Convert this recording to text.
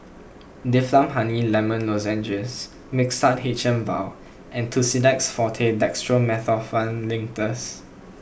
Difflam Honey Lemon Lozenges Mixtard H M Vial and Tussidex forte Dextromethorphan Linctus